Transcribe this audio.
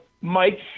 Mike